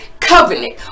covenant